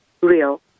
real